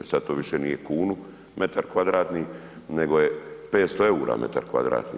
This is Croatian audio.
Sada to više nije kunu metar kvadratni nego je 500 eura metar kvadratni.